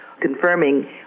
confirming